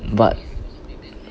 but